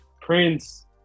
prince